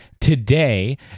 today